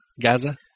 Gaza